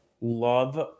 love